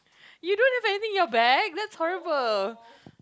you don't have anything in your bag that's horrible